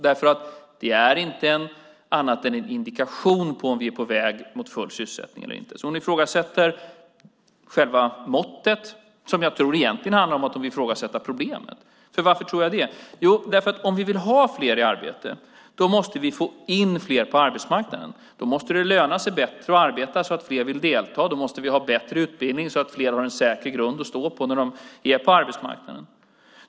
Det är ju inte annat än en indikation på om vi är på väg mot full sysselsättning eller inte. Hon ifrågasätter alltså själva måttet, men jag tror att det handlar om att hon egentligen vill ifrågasätta själva problemet. Varför tror jag då det? Jo, om vi vill ha fler i arbete måste vi få in fler på arbetsmarknaden. Då måste det löna sig bättre att arbeta så att fler vill delta. Då måste vi ha bättre utbildning så att fler har en säker grund att stå på när de är på arbetsmarknaden.